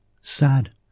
sad